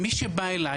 מי שבא אליי,